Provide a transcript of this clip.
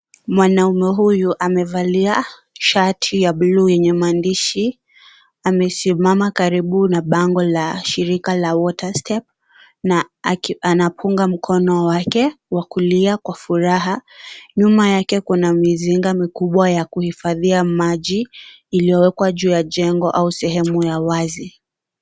Mwanamume huyu amevalia shati ya buluu yenye maandishi. Amesimama karibu na bango la shirika la water step na anapunga mkono wake wa kulia kwa furaha. Nyuma yake kuna mizinga mikubwa ya kuhifadhia maji iliyowekwa juu ya jengo au sehemu ya wazi.